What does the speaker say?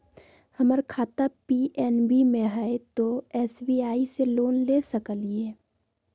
हमर खाता पी.एन.बी मे हय, तो एस.बी.आई से लोन ले सकलिए?